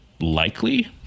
likely